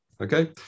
Okay